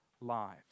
lives